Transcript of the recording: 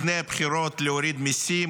לפני הבחירות נתניהו הבטיח להוריד מיסים,